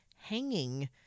hanging